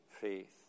faith